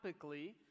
topically